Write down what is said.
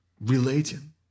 relating